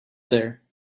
there